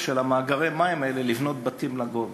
של מאגרי המים האלה לבנות בתים לגובה.